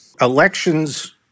elections